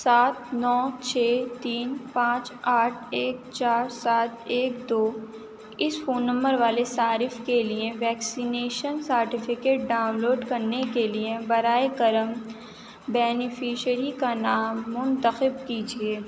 سات نو چھ تین پانچ آٹھ ایک چار سات ایک دو اس فون نمبر والے صارف کے لیے ویکسینیشن سرٹیفکیٹ ڈاؤن لوڈ کرنے کے لیے براہ کرم بینیفشیری کا نام منتخب کیجیے